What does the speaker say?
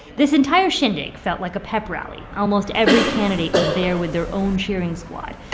this entire shindig felt like a pep rally. almost every candidate was there with their own cheering squad.